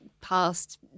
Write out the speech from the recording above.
past